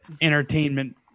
entertainment